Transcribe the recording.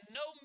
no